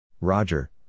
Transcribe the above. Roger